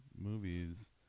movies